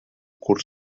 curs